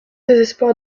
désespoir